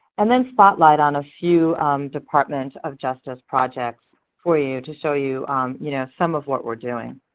and then spotlight on a few department of justice projects for you to show you um you know some of what we're doing.